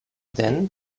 then